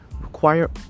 require